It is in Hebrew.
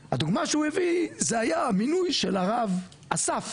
זה היה המינוי של הרב אסף